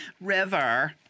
River